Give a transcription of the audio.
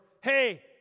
hey